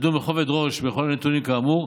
תדון בכובד ראש בכל הנתונים כאמור,